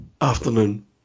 afternoon